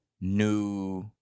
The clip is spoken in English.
new